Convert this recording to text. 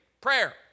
prayer